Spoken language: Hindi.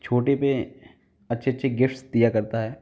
छोटे पर अच्छे अच्छे गिफ्ट्स दिया करता है